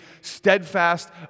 steadfast